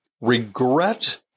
regret